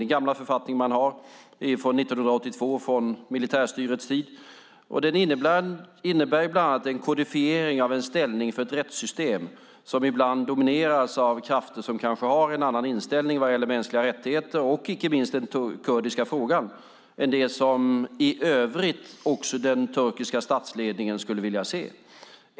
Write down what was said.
Den gamla författning man har är från 1982, från militärstyrets tid. Den innebär bland annat en kodifiering av en ställning för ett rättssystem som ibland domineras av krafter som kanske har en annan inställning vad gäller mänskliga rättigheter, och icke minst vad gäller den kurdiska frågan, än det som i övrigt också den turkiska statsledningen skulle vilja se.